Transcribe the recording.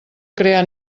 crear